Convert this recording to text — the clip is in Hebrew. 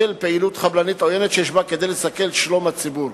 פעילות חבלנית עוינת שיש בה כדי לסכן את שלום הציבור.